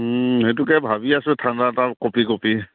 সেইটোকে ভাবি আছো ঠাণ্ডাত আৰু কঁপি কঁপি